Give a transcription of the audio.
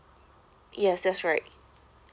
yes that's right